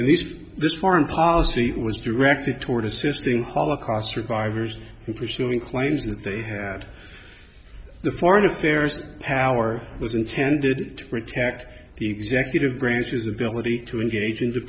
and these this foreign policy was directed toward assisting holocaust survivors in pursuing claims that they had the foreign affairs power was intended to protect the executive branch's ability to engage in